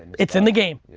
it's in the game.